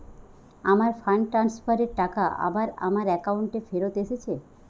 আমার fund transfer এর টাকা আবার আমার একাউন্টে ফেরত এসেছে